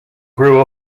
grew